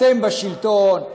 אתם בשלטון.